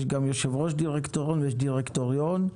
יש גם יושב-ראש דירקטוריון ויש דירקטוריון.